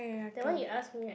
that one you ask me right